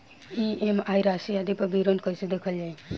EMI राशि आदि पर विवरण कैसे देखल जाइ?